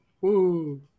Woo